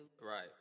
Right